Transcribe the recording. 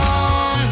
on